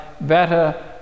better